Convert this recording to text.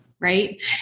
right